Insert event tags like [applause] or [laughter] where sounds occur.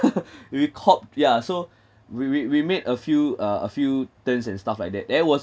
[laughs] we cope ya so we we we made a few uh a few turns and stuff like that that was